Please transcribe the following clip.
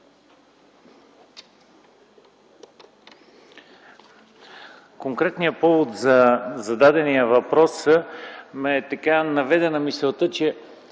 Конкретният повод за зададения въпрос ме наведе на мисълта, че